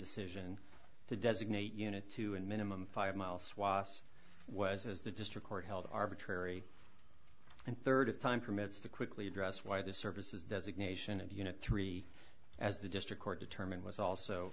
decision to designate unit two and minimum five mile swath was is the district court held arbitrary and third time permits to quickly address why the services designation of unit three as the district court determined was also